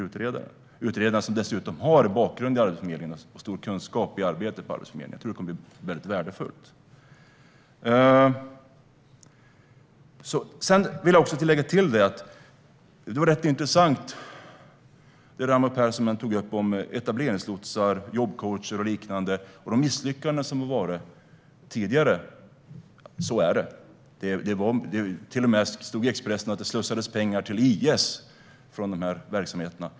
Utredaren har dessutom en bakgrund i Arbetsförmedlingen och stor kunskap om Arbetsförmedlingens arbete. Jag tror att det kommer att bli värdefullt. Jag vill tillägga att det Raimo Pärssinen tog upp om etableringslotsar, jobbcoacher och andra misslyckanden var intressant. Det är på det sättet. I Expressen stod det till och med att det slussades pengar till IS genom de verksamheterna.